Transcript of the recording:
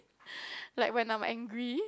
like when I'm angry